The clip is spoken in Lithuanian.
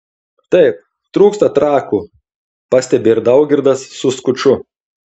taip trūksta trakų pastebi ir daugirdas su skuču